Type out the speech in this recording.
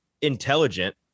intelligent